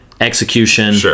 execution